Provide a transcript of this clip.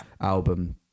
album